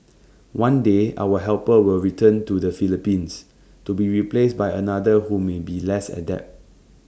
one day our helper will return to the Philippines to be replaced by another who may be less adept